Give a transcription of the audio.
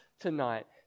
tonight